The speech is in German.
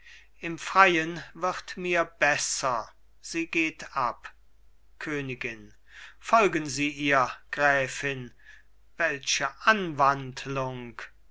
im freien wird mir besser sie geht ab königin folgen sie ihr gräfin welche anwandlung